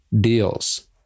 deals